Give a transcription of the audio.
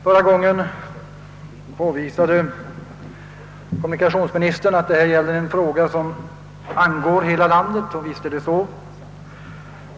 Förra gången påvisade kommunikationsministern att detta är en fråga som angår hela landet, och visst är det så.